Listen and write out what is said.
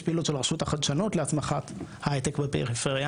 יש פעילות של רשות החדשנות להצמחת ההייטק בפריפריה.